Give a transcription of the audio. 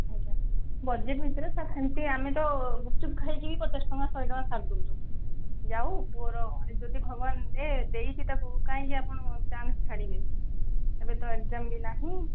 ଆଜ୍ଞା ବଜେଟ୍ ଭିତରେ ସାର୍ ସେମିତି ଆମେ ତ ଗୁପଚୁପ ଖାଇକି ବି ପଚାଶ ଟଙ୍କା ଶହଟଙ୍କା ସାରି ଦେଉଛୁ ଯାଉ ପୁଅର ଯଦି ଭଗବାନ ଦେ ଦେଇଛି ତା'କୁ କାହିଁକି ଆପଣ ଚାନ୍ସ୍ ଛାଡ଼ିବେ ଏବେତ ଏକ୍ଜାମ୍ ବି ନାହିଁ